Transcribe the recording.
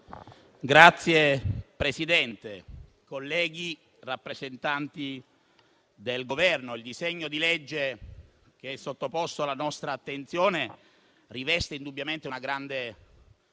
Signor Presidente, colleghi, rappresentanti del Governo, il disegno di legge che è sottoposto alla nostra attenzione riveste indubbiamente una grande